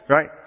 Right